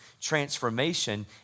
transformation